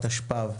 התשפ"ב-2022.